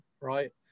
right